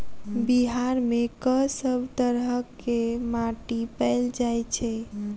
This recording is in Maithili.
बिहार मे कऽ सब तरहक माटि पैल जाय छै?